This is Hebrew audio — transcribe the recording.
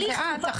אני ואת,